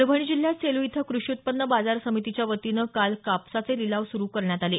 परभणी जिल्ह्यात सेलू इथं कृषी उत्पन्न बाजार समितीच्यावतीनं काल कापसाचे लिलाव सुरू करण्यात आले